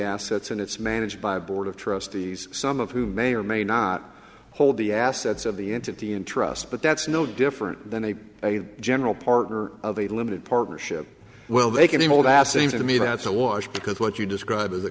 assets and it's managed by a board of trustees some of whom may or may not hold the assets of the entity in trust but that's no different than a general partner of a limited partnership well they can hold as seems to me that's a wash because what you describe is the